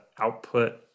output